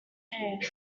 hand